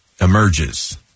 emerges